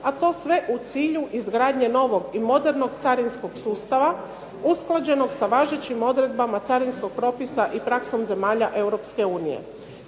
a to sve u cilju izgradnje novog i modernog carinskog sustava usklađenog sa važećim odredbama carinskog propisa i praksom zemalja EU.